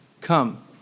Come